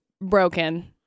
broken